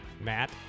Matt